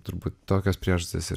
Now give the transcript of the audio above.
turbūt tokios priežastys ir